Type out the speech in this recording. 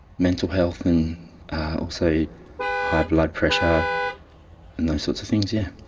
mental health and also high blood pressure and those sorts of things, yeah.